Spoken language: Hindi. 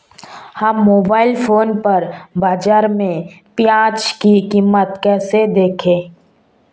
हम मोबाइल फोन पर बाज़ार में प्याज़ की कीमत कैसे देखें?